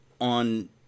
on